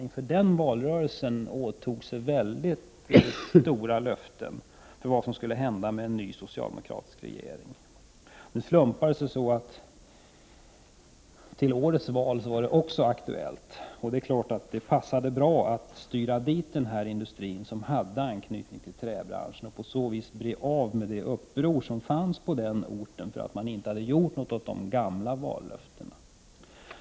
I den valrörelsen avgav man mycket stora löften om vad en ny socialdemokratisk regering skulle kunna åstadkomma. Nu slumpade det sig så att inför årets val frågan åter var aktuell. Det är klart att det passade bra att styra denna verksamhet, som hade anknytning till träbranschen, till Skinnskatteberg för att dämpa upproret på den orten över att man inte uppfyllt de gamla vallöftena.